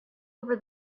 over